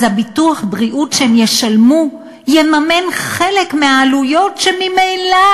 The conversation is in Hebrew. אז ביטוח הבריאות שהם ישלמו יממן חלק מהעלויות שממילא